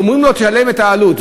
ואומרים לו: תשלם לו את העלות.